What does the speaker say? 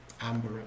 amber